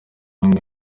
umwe